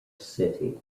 city